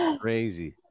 crazy